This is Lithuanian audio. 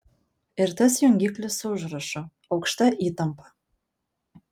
ir tas jungiklis su užrašu aukšta įtampa